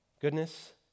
Goodness